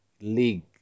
league